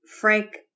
Frank